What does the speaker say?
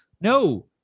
no